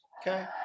Okay